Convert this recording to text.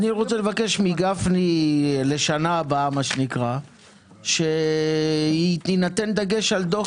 אני רוצה לבקש מגפני לשנה הבאה מה שנקרא שיינתן דגש על דוח